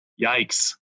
yikes